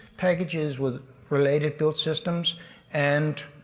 packages with related build systems and.